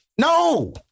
No